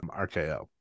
RKO